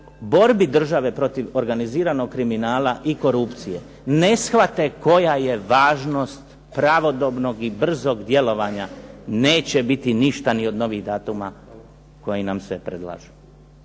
borbi države protiv organiziranog kriminala i korupcije ne shvate koja je važnost pravodobnog i brzog djelovanja neće biti ništa ni od novih datuma koji nam se predlažu.